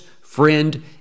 friend